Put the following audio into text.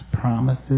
promises